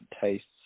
tastes